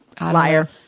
liar